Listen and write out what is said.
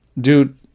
dude